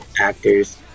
actors